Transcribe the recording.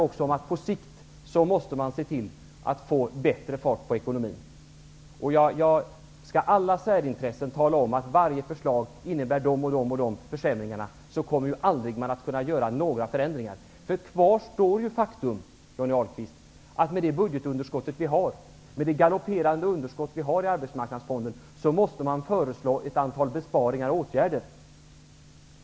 På sikt måste man se till att få bättre fart på ekonomin. Skall alla särintressen tala om vilka försämringar varje förslag innebär, kommer man aldrig att kunna göra några förändringar. Kvar står faktum, Johnny Ahlqvist, att man med det budgetunderskott som vi har och med det galopperande utskott som vi har i arbetsmarknadsfonden måste föreslå ett antal besparingar och åtgärder.